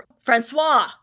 Francois